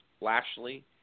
Lashley